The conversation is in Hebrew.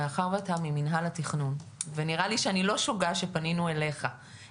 מאחר ואתה ממנהל התכנון ונראה לי אני לא שוגה שפנינו אלייך,